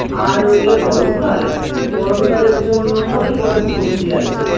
আর রইল গরমকাল গরমকালের জন্য অনেক রকম সবজি আছে